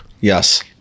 Yes